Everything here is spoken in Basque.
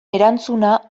erantzuna